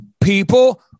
people